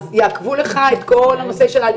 אז יעכבו לך את כל הנושא של העלייה.